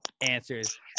answers